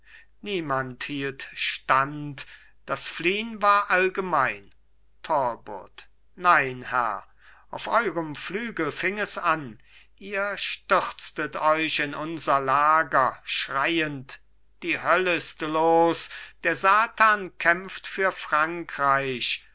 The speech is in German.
niemand hielt stand das fliehn war allgemein talbot nein herr auf eurem flügel fing es an ihr stürztet euch in unser lager schreiend die höll ist los der satan kämpft für frankreich